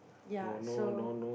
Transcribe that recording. ya so